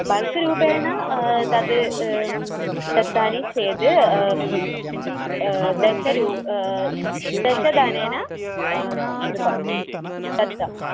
bulk रूपेण तद् दत्तानि चेद् दशरूप्यकं दश धनेन कृतं दत्तम्